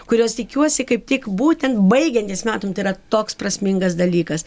kurios tikiuosi kaip tik būtent baigiantis metam tai yra toks prasmingas dalykas